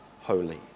holy